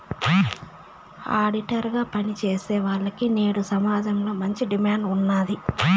auditor గా పని చేసేవాల్లకి నేడు సమాజంలో మంచి డిమాండ్ ఉన్నాది